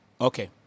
Okay